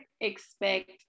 expect